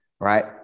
right